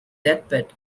deathbed